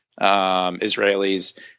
Israelis